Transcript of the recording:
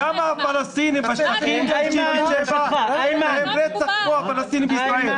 למה הפלסטינים בשטחים אין להם רצח כמו הפלסטינים בישראל,